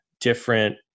different